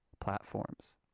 platforms